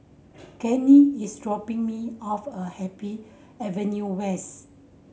Kenny is dropping me off at Happy Avenue West